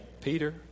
Peter